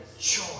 Joy